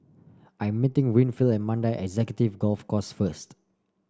I'm meeting Winfield at Mandai Executive Golf Course first